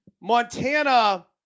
Montana